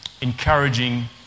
encouraging